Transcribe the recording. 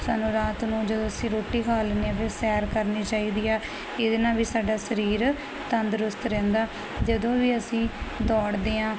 ਸਾਨੂੰ ਰਾਤ ਨੂੰ ਜਦੋਂ ਅਸੀਂ ਰੋਟੀ ਖਾ ਲੈਦੇ ਆ ਫਿਰ ਸੈਰ ਕਰਨੀ ਚਾਹੀਦੀ ਆ ਇਹਦੇ ਨਾਲ ਵੀ ਸਾਡਾ ਸਰੀਰ ਤੰਦਰੁਸਤ ਰਹਿੰਦਾ ਜਦੋਂ ਵੀ ਅਸੀਂ ਦੌੜਦੇ ਆਂ